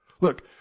Look